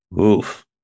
Oof